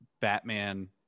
Batman